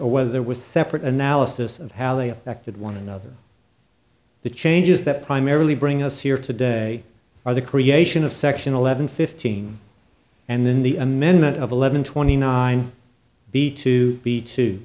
there was a separate analysis of how they affected one another the changes that primarily bring us here today are the creation of section eleven fifteen and then the amendment of eleven twenty nine b two b t